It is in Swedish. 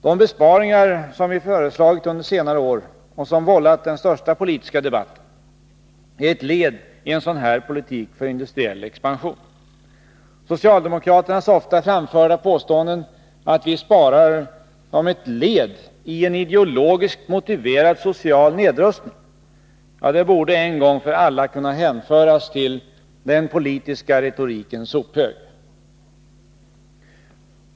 De besparingar som vi föreslagit under senare år, och som vållat den största politiska debatten, är ett led i en sådan här politik för industriell expansion. Socialdemokraternas ofta framförda påståenden att vi sparar som ett led i en ideologiskt motiverad social nedrustning borde en gång för alla kunna hänföras till den politiska retorikens sophög.